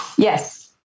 Yes